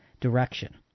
direction